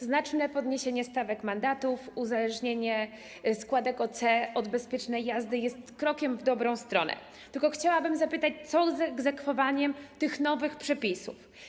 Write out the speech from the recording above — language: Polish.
Znaczne podniesienie stawek mandatów i uzależnienie składek OC od bezpiecznej jazdy jest krokiem w dobrą stronę, tylko chciałabym zapytać, co z egzekwowaniem tych nowych przepisów.